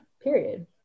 Period